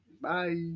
Bye